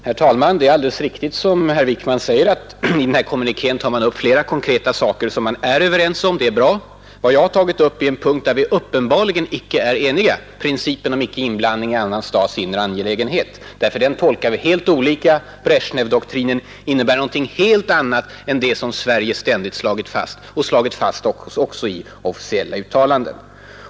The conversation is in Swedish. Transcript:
Herr talman! Det är alldeles riktigt, som herr Wickman säger, att man i denna kommuniké redovisar flera konkreta saker som man är överens om. Vad jag tagit upp är en punkt där vi uppenbarligen inte är eniga, nämligen principen om icke-inblandning i annan stats inre angelägenhet. Den tolkar vi ju helt olika. Bresjnevdoktrinen innebär något helt annat än det som Sverige ständigt slagit fast, också i officiella uttalanden.